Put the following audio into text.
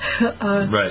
Right